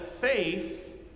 faith